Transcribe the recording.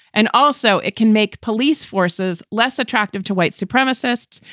and also, it can make police forces less attractive to white supremacists,